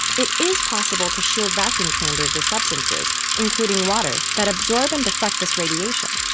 it is possible to shield vacuum chambers with substances, including water, that absorb and reflect this radiation,